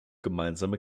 gemeinsame